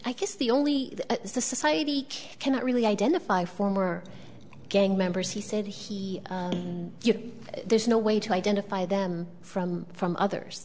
i guess the only society cannot really identify former gang members he said he there's no way to identify them from from others